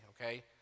okay